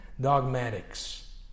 Dogmatics